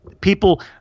people